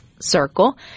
circle